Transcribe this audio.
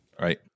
Right